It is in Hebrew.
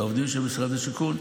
את העובדים של משרד השיכון.